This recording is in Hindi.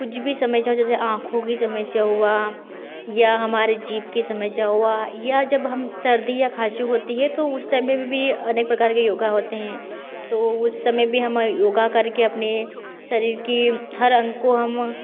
कुछ भी समस्या जैसे आँखों की समस्या हुई या हमारे जीब की समस्या हुई या जब हम सर्दी या खाँसी होती है तो उस समय में भी अनेक प्रकार के योग होते हैं तो वे उस समय में हम योग करके अपने शरीर के हर अंग को हम